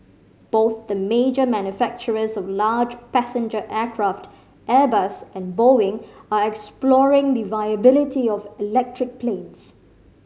both the major manufacturers of large passenger aircraft Airbus and Boeing are exploring the viability of electric planes